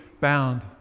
bound